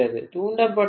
தூண்டப்பட்ட ஈ